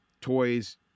toys